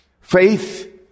Faith